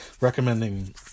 recommending